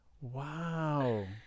Wow